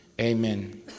amen